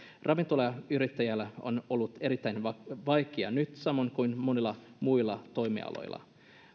ravintolayrittäjillä on ollut erittäin vaikeaa nyt samoin kuin monilla muilla toimialoilla